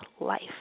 life